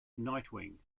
nightwing